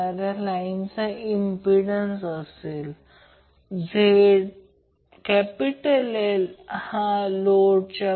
तर या प्रकरणात त्याचप्रमाणे Y कनेक्टेड लोड आहे हे Z1 Z2 Z3 आहे